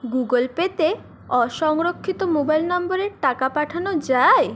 Google পেতে অসংরক্ষিত mobile নম্বরে টাকা পাঠানো যায়